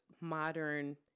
modern